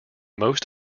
most